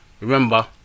remember